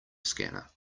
scanner